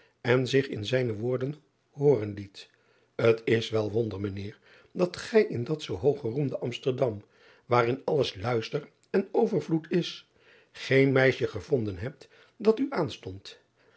en zich in zijne woorden hooren liet t s wel wonder ijn eer dat gij in dat zoo hoog geroemde msterdam waarin alles luister en overvloed is geen meisje gevonden hebt dat u aanstond